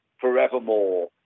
Forevermore